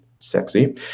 sexy